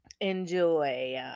enjoy